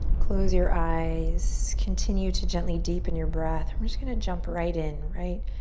close your eyes, continue to gently deepen your breath. and we're just gonna jump right in, right?